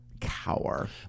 cower